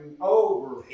over